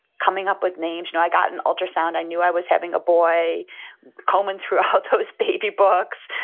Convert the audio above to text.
coming up with names. no, i got an ultrasound. i knew i was having a boy common throughout those baby books,